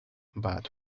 but